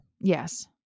Yes